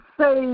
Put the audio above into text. say